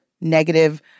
negative